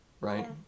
Right